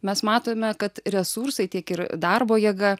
mes matome kad resursai tiek ir darbo jėga